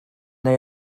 neu